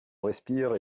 respire